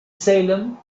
salem